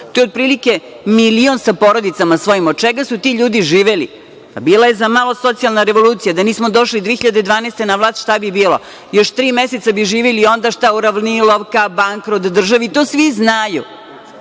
To je otprilike milion sa svojim porodicama. Od čega su ti ljudi živeli? Bila je za malo socijalna revolucija. Da nismo došli 2012. godine na vlast, šta bi bilo? Još tri meseca bi živeli i onda šta, uravnilovka, bankrot države. I to svi znaju. Od